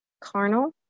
carnal